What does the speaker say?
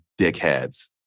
dickheads